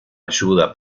ayuda